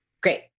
Great